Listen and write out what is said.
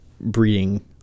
breeding